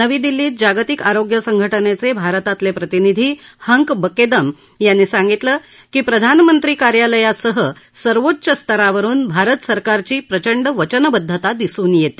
नवी दिल्लीत जागतिक आरोग्य संघटनेचे भारतातले प्रतिनिधी हंक बकेदम यांनी सांगितलं की प्रधानमंत्री कार्यालयासह सर्वोच्च स्तरावरून भारत सरकारची प्रचंड वचनबद्धता दिसून येते